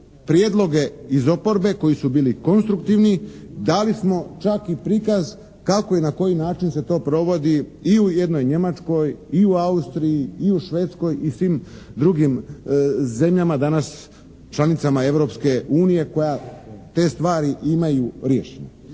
prijedloge iz oporbe koji su bili konstruktivni. Dali smo čak i prikaz kako i na koji način se to provodi i u jednoj Njemačkoj, i u Austriji, i u Švedskoj i svim drugim zemljama danas članicama Europske unije koje te stvari imaju riješene.